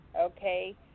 Okay